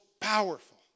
powerful